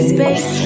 Space